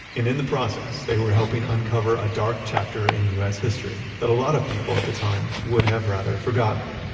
in in the process, they were helping uncover a dark chapter in us history that a lot of people at the time would have rather forgotten.